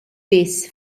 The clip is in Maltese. biss